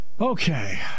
Okay